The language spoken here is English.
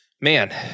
man